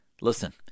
listen